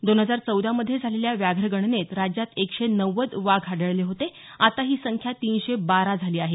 दोन हजार चौदा मध्ये झालेल्या व्याघ्र गणनेत राज्यात एकशे नव्वद वाघ आढळले होते आता ही संख्या तीनशे बारा झाली आहे